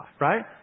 right